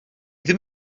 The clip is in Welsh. ddim